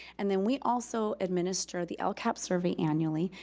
and then we also administer the lcap survey annually.